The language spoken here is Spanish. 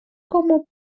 como